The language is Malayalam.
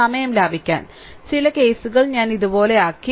സമയം ലാഭിക്കാൻ ചില കേസുകൾ ഞാൻ ഇതുപോലെയാക്കി